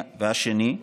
השנייה,